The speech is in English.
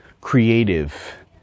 creative